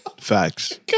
Facts